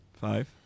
Five